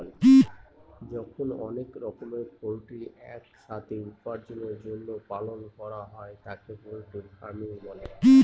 যখন অনেক রকমের পোল্ট্রি এক সাথে উপার্জনের জন্য পালন করা হয় তাকে পোল্ট্রি ফার্মিং বলে